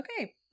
okay